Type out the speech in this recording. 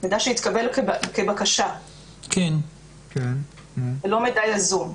מידע שהתקבל כבקשה, לא מידע יזום.